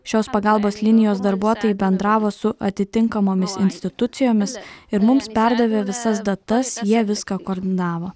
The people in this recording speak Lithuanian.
šios pagalbos linijos darbuotojai bendravo su atitinkamomis institucijomis ir mums perdavė visas datas jie viską koordinavo